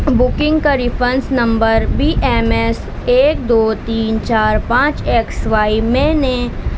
booking کا reference number B M S ایک دو تین چار پانچ ایکس وائی میں نے